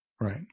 right